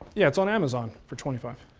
yeah, it's on amazon for twenty five.